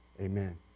Amen